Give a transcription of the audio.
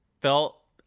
felt